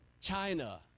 China